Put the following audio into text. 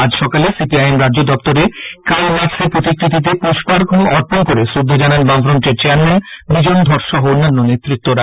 আজ সকালে সিপিআইএম রাজ্য দপ্তরে কাল মার্ক্সের প্রতিকৃতিতে পুষ্পার্ঘ্য অর্পণ করে শ্রদ্ধা জানান বামফ্রন্টের চেয়ারম্যান বিজন ধর সহ অন্যান্য নেতৃত্বরা